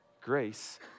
Grace